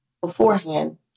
beforehand